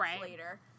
later